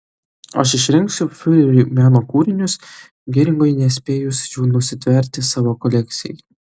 aš išrinksiu fiureriui meno kūrinius geringui nespėjus jų nusitverti savo kolekcijai